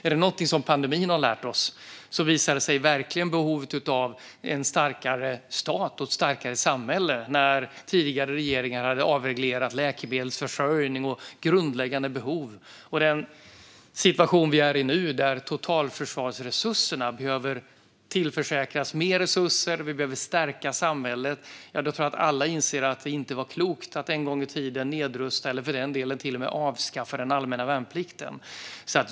Om det är någonting pandemin har lärt oss är det att det verkligen finns ett behov av en starkare stat och ett starkare samhälle. Det visade sig när tidigare regeringar hade avreglerat läkemedelsförsörjning och grundläggande behov. Nu är vi också i en situation där totalförsvaret behöver tillförsäkras mer resurser. Vi behöver stärka samhället. Jag tror att alla inser att det inte var klokt att en gång i tiden nedrusta eller till och med avskaffa den allmänna värnplikten.